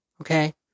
Okay